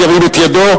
ירים את ידו.